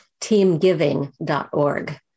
teamgiving.org